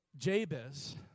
Jabez